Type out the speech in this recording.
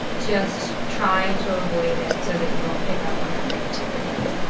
just try to avoid it so that you don't pick up on that negativity.